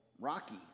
Rocky